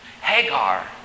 Hagar